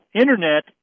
Internet